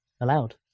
allowed